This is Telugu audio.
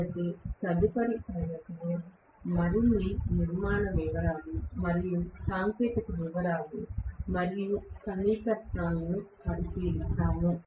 కాబట్టి తదుపరి తరగతిలో మరిన్ని నిర్మాణ వివరాలు మరియు సాంకేతిక వివరాలు మరియు సమీకరణాలను పరిశీలిస్తాము